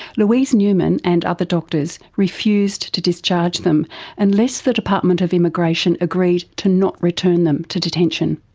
louise newman and other doctors refused to discharge them unless the department of immigration agreed to not return them to detention.